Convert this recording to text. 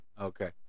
Okay